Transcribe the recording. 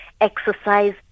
exercise